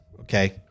okay